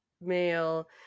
male